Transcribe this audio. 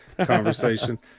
conversation